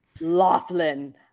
Laughlin